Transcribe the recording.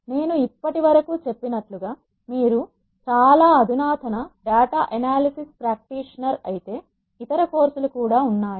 నేను ఇప్పటివరకు చెప్పినట్లుగా మీరు చాలా అధునాతన డేటా ఎనాలసిస్ ప్రాక్టీషనర్ అయితే ఇతర కోర్సులు ఉన్నాయి